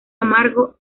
amargo